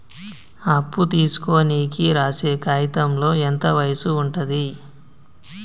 అప్పు తీసుకోనికి రాసే కాయితంలో ఎంత వయసు ఉంటది?